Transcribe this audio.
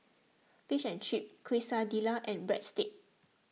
Fish and Chips Quesadillas and Breadsticks